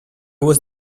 was